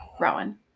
Rowan